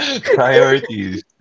Priorities